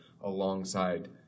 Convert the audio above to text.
alongside